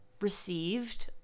received